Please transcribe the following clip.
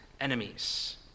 enemies